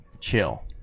chill